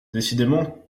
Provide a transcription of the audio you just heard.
décidément